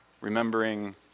remembering